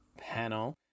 panel